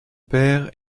père